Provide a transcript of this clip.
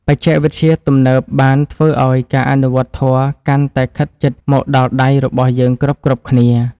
បច្ចេកវិទ្យាទំនើបបានធ្វើឱ្យការអនុវត្តធម៌កាន់តែខិតជិតមកដល់ដៃរបស់យើងគ្រប់ៗគ្នា។